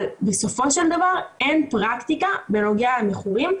אבל בסופו של דבר אין פרקטיקה בנוגע למכורים,